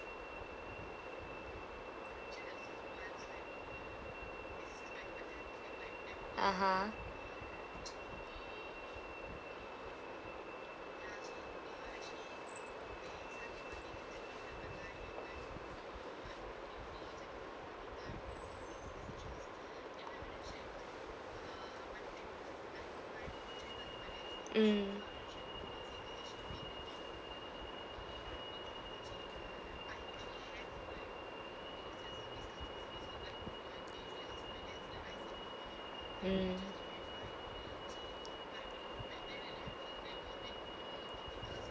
(uh huh) mm mm